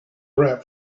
wrap